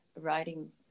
writing